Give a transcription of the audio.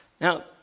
now